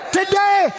today